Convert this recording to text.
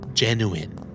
genuine